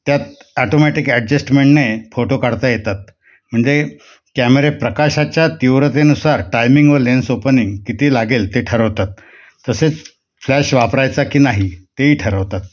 त्यात ॲटोमॅटिक ॲडजेस्टमेंटने फोटो काढता येतात म्हणजे कॅमेरे प्रकाशाच्या तीव्रतेनुसार टायमिंग व लेन्स ओपनिंग किती लागेल ते ठरवतात तसेच फ्लॅश वापरायचा की नाही तेही ठरवतात